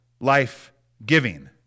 life-giving